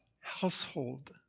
household